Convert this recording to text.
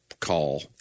call